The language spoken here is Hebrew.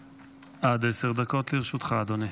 עד עשר דקות לרשותך, אדוני,